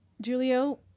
Julio